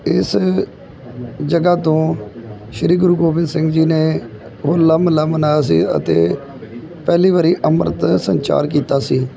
ਇਸ ਜਗ੍ਹਾ ਤੋਂ ਸ਼੍ਰੀ ਗੁਰੂ ਗੋਬਿੰਦ ਸਿੰਘ ਜੀ ਨੇ ਹੋਲਾ ਮਹੱਲਾ ਮਨਾਇਆ ਸੀ ਅਤੇ ਪਹਿਲੀ ਵਾਰ ਅੰਮ੍ਰਿਤ ਦਾ ਸੰਚਾਰ ਕੀਤਾ ਸੀ